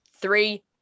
Three